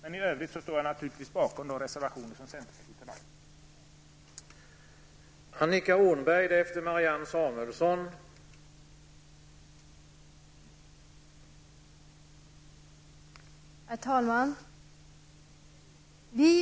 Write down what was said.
I övrigt står jag naturligtvis bakom de reservationer som utskottets centerledamöter har avgivit.